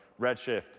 Redshift